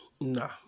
No